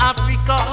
Africa